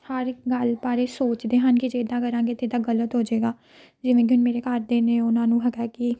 ਹਰ ਇੱਕ ਗੱਲ ਬਾਰੇ ਸੋਚਦੇ ਹਨ ਕਿ ਜੇ ਇੱਦਾਂ ਕਰਾਂਗੇ ਤਾਂ ਇੱਦਾਂ ਗਲਤ ਹੋ ਜਾਏਗਾ ਜਿਵੇਂ ਕਿ ਹੁਣ ਮੇਰੇ ਘਰ ਦੇ ਨੇ ਉਹਨਾਂ ਨੂੰ ਹੈਗਾ ਕਿ